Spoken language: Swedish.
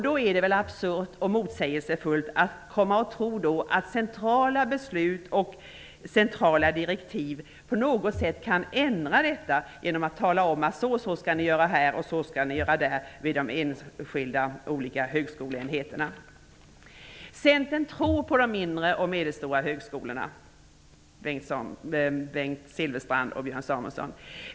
Då är det väl absurt och motsägelsefullt att tro att man med centrala beslut och centrala direktiv på någon sätt kan ändra detta genom att tala om hur man skall göra vid de olika högskoleenheterna! Samuelson!